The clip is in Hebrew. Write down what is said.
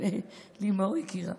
לימור יקירה,